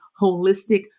holistic